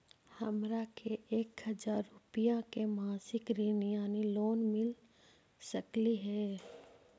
हमरा के एक हजार रुपया के मासिक ऋण यानी लोन मिल सकली हे?